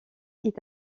est